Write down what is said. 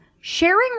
sharing